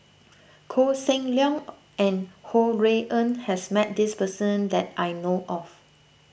Koh Seng Leong and Ho Rui An has met this person that I know of